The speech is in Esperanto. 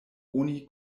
oni